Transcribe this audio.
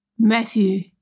Matthew